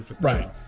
Right